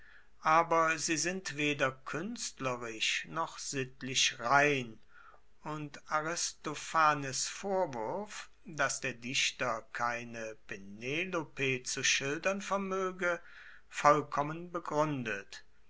aber sie sind weder kuenstlerisch noch sittlich rein und aristophanes vorwurf dass der dichter keine penelope zu schildern vermoege vollkommen begruendet